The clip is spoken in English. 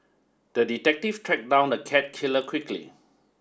the detective track down the cat killer quickly